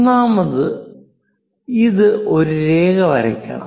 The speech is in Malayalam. ഒന്നാമതായി നമ്മൾ ഒരു രേഖ വരയ്ക്കണം